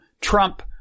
Trump